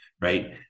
right